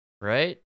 right